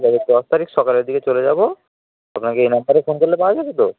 ঠিক আছে দশ তারিখ সকালের দিকে চলে যাবো আপনাকে এই নম্বরে ফোন করলে পাওয়া যাবে তো